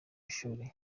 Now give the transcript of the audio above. ishuri